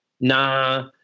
Nah